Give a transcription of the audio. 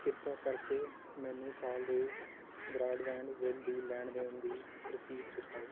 ਕਿਰਪਾ ਕਰਕੇ ਮੈਨੂੰ ਸਾਲ ਦੇ ਬਰਾਡਬੈਂਡ ਬਿੱਲ ਦੀ ਲੈਣ ਦੇਣ ਦੀ ਰਸੀਦ ਦਿਖਾਓ